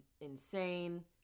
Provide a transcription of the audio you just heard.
insane